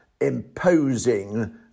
imposing